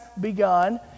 begun